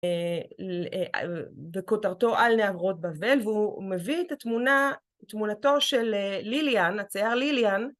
בכותרתו על נהרות בבל, והוא מביא את התמונה, תמונתו של ליליאן, הצייר ליליאן.